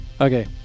Okay